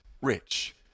rich